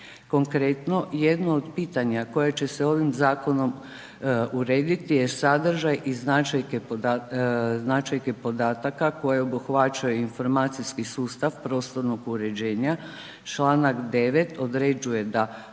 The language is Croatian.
Konkretno, jedno od pitanja koje će se ovim zakonom urediti je sadržaj i značajke podataka koje obuhvaćaju informacijski sustav prostornog uređenja. Čl. 9. određuje da